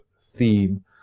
theme